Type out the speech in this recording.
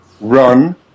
run